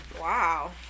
Wow